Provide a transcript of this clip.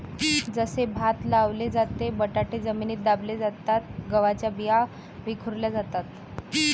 जसे भात लावले जाते, बटाटे जमिनीत दाबले जातात, गव्हाच्या बिया विखुरल्या जातात